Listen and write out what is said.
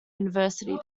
university